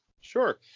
Sure